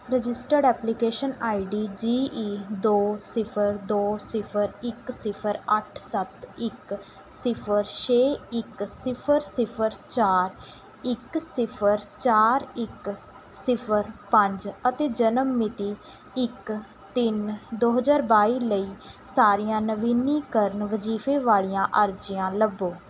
registered application I D G E ਦੋ ਸਿਫਰ ਦੋ ਸਿਫਰ ਇੱਕ ਸਿਫਰ ਅੱਠ ਸੱਤ ਇੱਕ ਸਿਫਰ ਛੇ ਇੱਕ ਸਿਫਰ ਸਿਫਰ ਚਾਰ ਇੱਕ ਸਿਫਰ ਚਾਰ ਇੱਕ ਸਿਫਰ ਪੰਜ ਅਤੇ ਜਨਮ ਮਿਤੀ ਇੱਕ ਤਿੰਨ ਦੋ ਹਜ਼ਾਰ ਬਾਈ ਲਈ ਸਾਰੀਆਂ ਨਵੀਨੀਕਰਨ ਵਜ਼ੀਫ਼ੇ ਵਾਲ਼ੀਆਂ ਅਰਜੀਆਂ ਲੱਭੋ